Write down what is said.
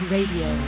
Radio